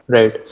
Right